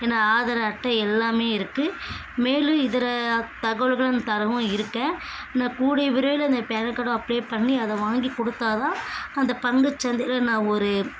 என்னோட ஆதார அட்டை எல்லாமே இருக்குது மேலும் இதர தகவல்களும் தரவும் இருக்கேன் நான் கூடிய விரைவில் இந்த பேன் கார்டை அப்ளே பண்ணி அதை வாங்கி கொடுத்தாதான் அந்த பங்குச்சந்தையில் நான் ஒரு